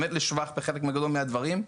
באמת לשבח בחלק גדול מהדברים,